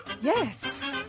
Yes